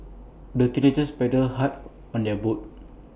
the teenagers paddled hard on their boat